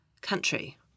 country